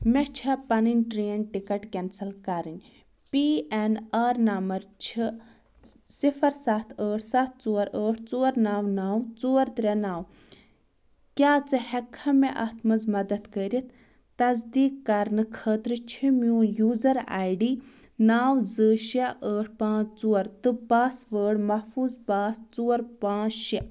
مےٚ چھےٚ پنٕنۍ ٹرٛین ٹِکٹ کٮ۪نسَل کَرٕنۍ پی اٮ۪ن آر نمبَر چھِ صِفر سَتھ ٲٹھ سَتھ ژور ٲٹھ ژور نَو نَو ژور ترٛےٚ نَو کیٛاہ ژٕ ہٮ۪ککھا مےٚ اَتھ منٛز مدتھ کٔرِتھ تصدیٖق کرنہٕ خٲطرٕ چھِ میون یوٗزر آی ڈی نَو زٕ شےٚ ٲٹھ پانٛژھ ژور تہٕ پاسوٲڈ محفوظ پاس ژور پانٛژھ شےٚ